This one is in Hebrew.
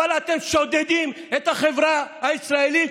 אבל אתם שודדים את החברה הישראלית,